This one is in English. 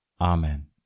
Amen